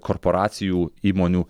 korporacijų įmonių